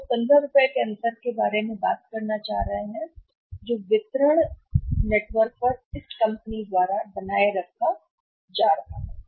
हम हैं उस 15 रुपये के अंतर के बारे में बात करना जो पहले चल रहा था जो जा रहा था वितरण नेटवर्क अब इसे कंपनी द्वारा बनाए रखा जा रहा है